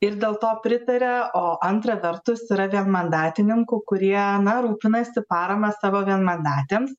ir dėl to pritaria o antra vertus yra vienmandatininkų kurie rūpinasi parama savo vienmandatėms